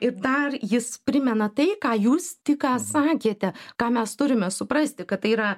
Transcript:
ir dar jis primena tai ką jūs tik ką sakėte ką mes turime suprasti kad tai yra